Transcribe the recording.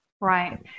Right